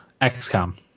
XCOM